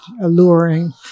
alluring